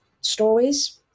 stories